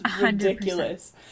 ridiculous